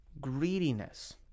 greediness